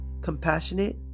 compassionate